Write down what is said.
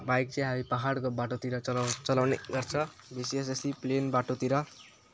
bike चाहिँ हामी पाहाडको बाटोतिर चला चलाउने गर्छ विशेष यस्तै प्लेन बाटोतिर